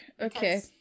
okay